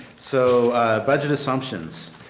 so budget assumptions.